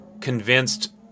convinced